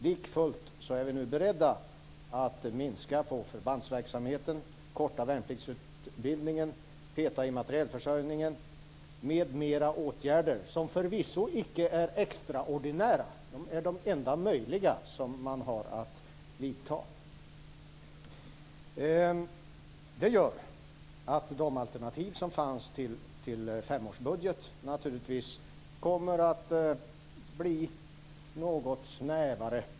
Likafullt är vi nu beredda att minska på förbandsverksamheten, korta värnpliktsutbildningen, peta i materielförsörjningen m.fl. åtgärder som förvisso inte är extraordinära men de enda möjliga som man har att vidta. Det gör att de alternativ som fanns till femårsbudget naturligtvis kommer att bli något snävare.